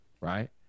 right